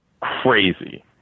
crazy